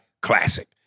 classic